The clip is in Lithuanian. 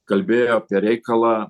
kalbėjo apie reikalą